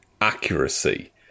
accuracy